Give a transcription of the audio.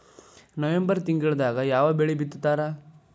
November ತಿಂಗಳದಾಗ ಯಾವ ಬೆಳಿ ಬಿತ್ತತಾರ?